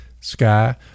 sky